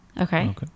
Okay